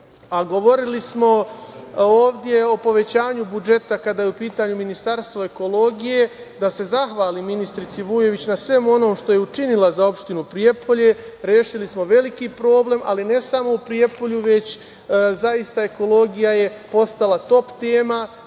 a govorili smo ovde o povećanju budžeta, kada je u pitanju Ministarstvo ekologije, da se zahvalim ministrici Vujović na svemu onome što je učinila za opštinu Prijepolje. Rešili smo veliki problem, ali ne samo u Prijepolju, već zaista ekologija je postala top tema,